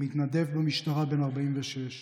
מתנדב במשטרה, בן 46,